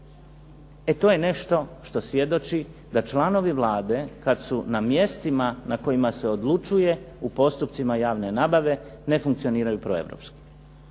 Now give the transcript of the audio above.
e to je nešto što svjedoči da članovi Vlade kada su na mjestima na kojima se odlučuje u postupcima javne nabave ne funkcioniraju proeuropski.